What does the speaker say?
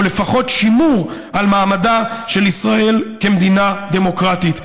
או לפחות שימור של מעמדה של ישראל כמדינה דמוקרטית.